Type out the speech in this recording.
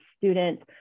students